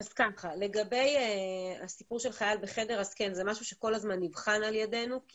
לגבי חייל בחדר, זה משהו שכל הזמן נבחן על-ידנו.